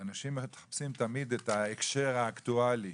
אנשים מחפשים תמיד את ההקשר האקטואלי,